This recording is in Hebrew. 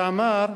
שאמר: